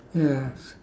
yes